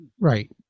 Right